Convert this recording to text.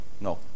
No